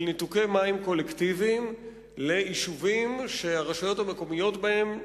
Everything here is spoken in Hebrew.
של ניתוקי מים קולקטיביים ליישובים שהרשויות המקומיות בהם,